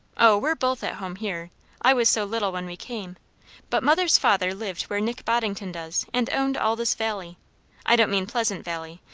o, we're both at home here i was so little when we came but mother's father lived where nick boddington does, and owned all this valley i don't mean pleasant valley,